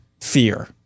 Fear